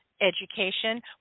education